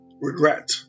regret